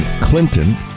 Clinton